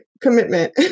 commitment